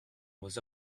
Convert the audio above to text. was